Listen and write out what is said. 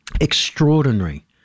Extraordinary